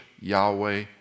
Yahweh